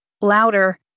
louder